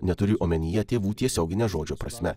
neturiu omenyje tėvų tiesiogine žodžio prasme